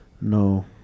No